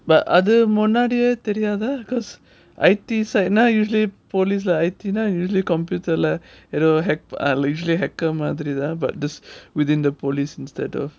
but other அது முன்னாடியே தெரியாத:adhu munnadie theriatha because I_T side usually police lah I_T usually computer lah ல ஏதோ:la edho hacked usually hacker மாதிரி தான்:madhirithan but just within the police instead of